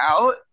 out